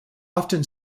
often